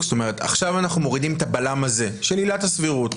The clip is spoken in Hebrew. זאת אומרת עכשיו אנחנו מורידים את הבלם הזה של עילת הסבירות.